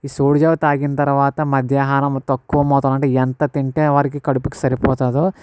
ఈ సోడి జావ తాగిన తర్వాత మధ్యాహ్నం తక్కువ మోతాదు అంటే ఎంత తింటే వారికి కడుపుకి సరితుందో